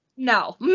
no